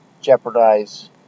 jeopardize